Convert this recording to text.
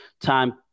time